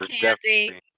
Candy